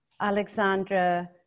Alexandra